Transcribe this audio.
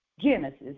Genesis